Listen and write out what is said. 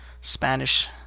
Spanish